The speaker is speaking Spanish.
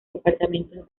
departamentos